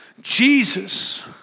Jesus